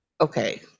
okay